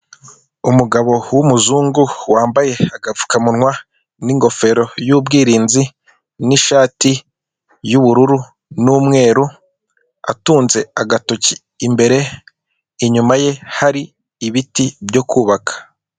Umugabo w'umuzungu wambaye agapfukamunwa n'ingofero y'ubwirinzi n'ishati y'ubururu n'umweru atunze agatoki imbere, inyuma ye hari ibiti byo kubaka.